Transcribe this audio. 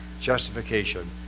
justification